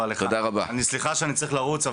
סליחה שאני צריך לרוץ,